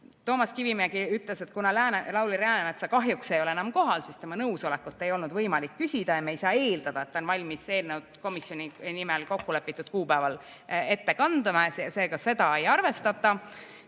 Toomas Kivimägi ütles, et kuna Lauri Läänemetsa kahjuks ei ole enam kohal, siis tema nõusolekut ei ole võimalik küsida ja me ei saa eeldada, et ta on valmis eelnõu komisjoni nimel kokkulepitud kuupäeval ette kandma. Seega seda ei arvestatud.